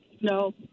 no